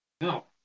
No